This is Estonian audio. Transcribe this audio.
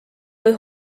või